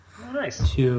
Nice